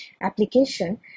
application